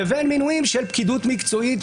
לבין מינויים של פקידות מקצועית,